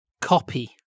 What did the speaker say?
copy